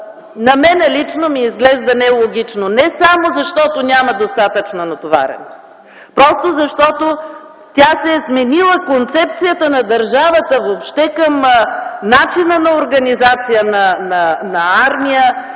на мен лично ми изглежда нелогично. Не само защото няма достатъчно натовареност, просто защото концепцията на държавата се е сменила въобще към начина на организация на армия,